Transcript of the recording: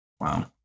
Wow